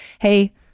Hey